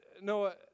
Noah